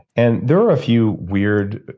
and there are a few weird,